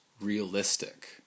realistic